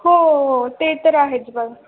हो ते तर आहेच बघ